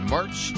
March